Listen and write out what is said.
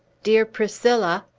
dear priscilla!